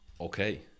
Okay